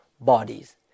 bodies